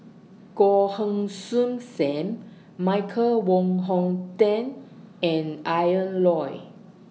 Goh Heng Soon SAM Michael Wong Hong Teng and Ian Loy